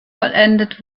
vollendet